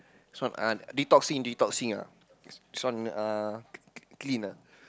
this one uh detoxing detoxing ah this one uh cl~ cl~ clean ah